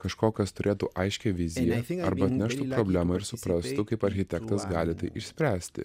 kažko kas turėtų aiškią viziją arba atneštų problemą ir suprastų kaip architektas gali tai išspręsti